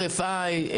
RFI ,